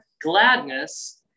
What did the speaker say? gladness